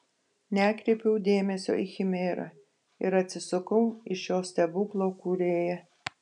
nekreipiau dėmesio į chimerą ir atsisukau į šio stebuklo kūrėją